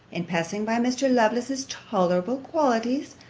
in passing by mr. lovelace's tolerable qualities,